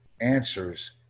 answers